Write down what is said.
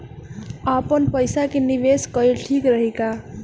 आपनपईसा के निवेस कईल ठीक रही का?